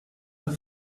der